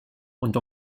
und